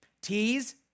T's